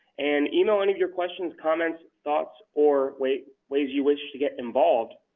and email any of your questions, comments, thoughts, or ways ways you wish to get involved.